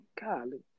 golly